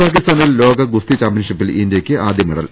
കസാഖിസ്ഥാനിൽ ലോക ഗുസ്തി ചാമ്പ്യൻഷിപ്പിൽ ഇന്ത്യക്ക് ആദ്യ മെഡൽ